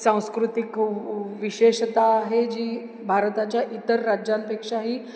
सांस्कृतिक विशेषता आहे जी भारताच्या इतर राज्यांपेक्षा ही